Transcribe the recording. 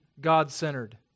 God-centered